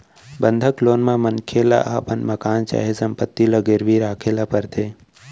बंधक लोन म मनखे ल अपन मकान चाहे संपत्ति ल गिरवी राखे ल परथे